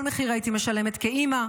כל מחיר הייתי משלמת כאימא,